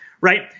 right